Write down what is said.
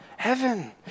heaven